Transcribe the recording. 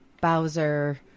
Bowser